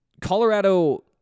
Colorado